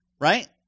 Right